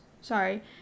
Sorry